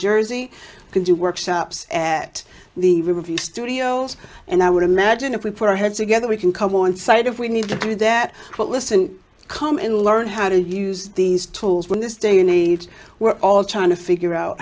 jersey can do workshops at the riverview studios and i would imagine if we put our heads together we can come on site if we need to do that but listen come in learn how to use these tools when this day in age we're all trying to figure out